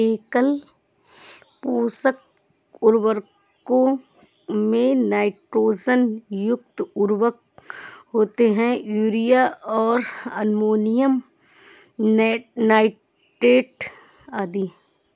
एकल पोषक उर्वरकों में नाइट्रोजन युक्त उर्वरक होते है, यूरिया और अमोनियम नाइट्रेट आदि